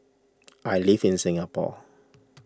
I live in Singapore